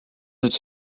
notre